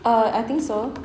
err I think so